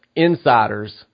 Insiders